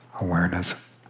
awareness